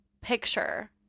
picture